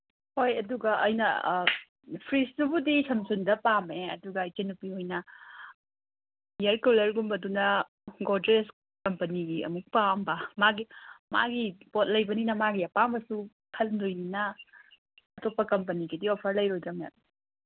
ꯍꯣꯏ ꯑꯗꯨꯒ ꯑꯩꯅ ꯐ꯭ꯔꯤꯖꯇꯨꯕꯨꯗꯤ ꯁꯝꯁꯨꯡꯗ ꯄꯥꯝꯃꯦ ꯑꯗꯨꯒ ꯏꯆꯟꯅꯨꯄꯤ ꯍꯣꯏꯅ ꯏꯌꯔ ꯀꯨꯂꯔꯒꯨꯝꯕꯗꯨꯅ ꯒ꯭ꯔꯣꯗꯦꯖ ꯀꯝꯄꯦꯅꯤꯒꯤ ꯑꯃꯨꯛ ꯄꯥꯝꯕ ꯃꯥꯒꯤ ꯃꯥꯒꯤ ꯄꯣꯠ ꯂꯩꯕꯅꯤꯅ ꯃꯥꯒꯤ ꯑꯄꯥꯝꯕꯁꯨ ꯈꯟꯗꯣꯏꯅꯤꯅ ꯑꯇꯣꯞꯄ ꯀꯝꯄꯦꯅꯤꯒꯤꯗꯤ ꯑꯣꯐꯔ ꯂꯩꯔꯣꯏꯗ꯭ꯔꯥ ꯃꯦꯝ